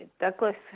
Douglas